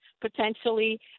potentially